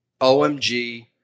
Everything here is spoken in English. OMG